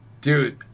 Dude